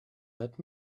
let